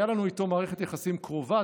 הייתה לנו איתו מערכת יחסים קרובה,